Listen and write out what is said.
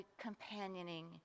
companioning